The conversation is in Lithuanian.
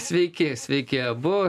sveiki sveiki abu